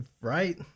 Right